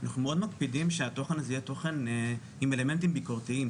אנחנו מאוד מקפידים שהתוכן הזה יהיה תוכן עם אלמנטים ביקורתיים,